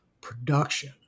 production